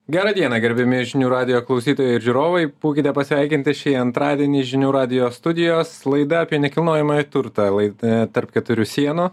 gerą dieną gerbiami žinių radijo klausytojai ir žiūrovai būkite pasveikinti šį antradienį žinių radijo studijos laida apie nekilnojamąjį turtą laidą tarp keturių sienų